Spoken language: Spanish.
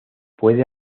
puede